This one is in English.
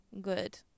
good